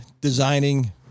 designing